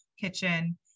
kitchen